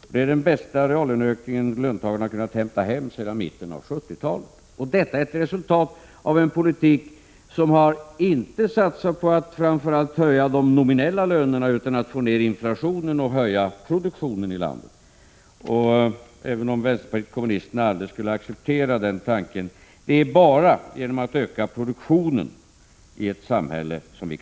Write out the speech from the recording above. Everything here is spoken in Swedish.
och det är den bästa reallöneökning löntagarna har kunnat hämta hem sedan mitten av 1970-talet. Detta är ett resultat av en politik som inte har åsyftat att framför allt höja de nominella lönerna utan på att få ned inflationen och höja produktionen i landet. Vänsterpartiet kommunisterna kanske aldrig accepte rar tanken, men det är bara genom att öka produktionen i ett samhälle som = Prot.